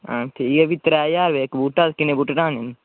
हां ठीक ऐ फ्ही त्रै ज्हार रपेआ इक बूह्टा किन्ने बुट्टे ढाह्ने न